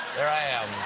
there i am.